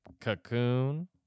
Cocoon